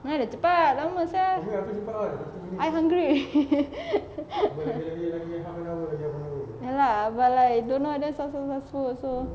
mana ada cepat lama sia I hungry already ya lah but like don't know whether successful also